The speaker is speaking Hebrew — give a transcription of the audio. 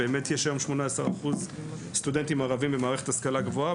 יש היום 18% סטודנטים ערבים במערכת ההשכלה הגבוהה.